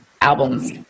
albums